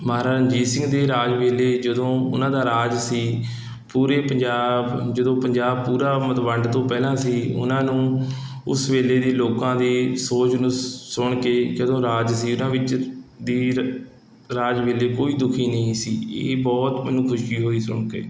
ਮਹਾਰਾਜਾ ਰਣਜੀਤ ਸਿੰਘ ਦੇ ਰਾਜ ਵੇਲੇ ਜਦੋਂ ਉਹਨਾਂ ਦਾ ਰਾਜ ਸੀ ਪੂਰੇ ਪੰਜਾਬ ਜਦੋਂ ਪੰਜਾਬ ਪੂਰਾ ਮਤ ਵੰਡ ਤੋਂ ਪਹਿਲਾਂ ਸੀ ਉਹਨਾਂ ਨੂੰ ਉਸ ਵੇਲੇ ਦੀ ਲੋਕਾਂ ਦੀ ਸੋਚ ਨੂੰ ਸੁਣ ਕੇ ਜਦੋਂ ਰਾਜ ਸੀ ਉਨ੍ਹਾਂ ਵਿੱਚ ਦੀਰ ਰਾਜ ਵੇਲੇ ਕੋਈ ਦੁਖੀ ਨਹੀਂ ਸੀ ਇਹ ਬਹੁਤ ਮੈਨੂੰ ਖੁਸ਼ੀ ਹੋਈ ਸੁਣ ਕੇ